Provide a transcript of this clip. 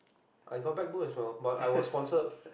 I got backbone as well but I was sponsored